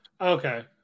Okay